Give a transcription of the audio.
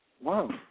wow